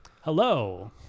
hello